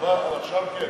נעבור לנושא הבא: